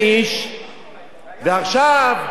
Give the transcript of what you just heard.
ועכשיו, יש בר-מצווה לילד.